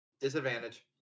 Disadvantage